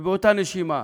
ובאותה נשימה